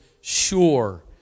sure